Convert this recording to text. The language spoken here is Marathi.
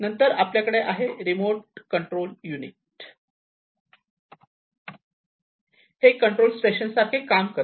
नंतर आपल्याकडे आहे रिमोट कंट्रोल युनिट हे एका कंट्रोल स्टेशन सारखे काम करते